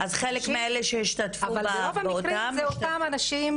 אבל ברוב המקרים אלה אותם אנשים,